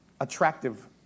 attractive